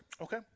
Okay